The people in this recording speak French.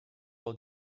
leur